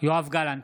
יואב גלנט,